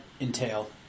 entail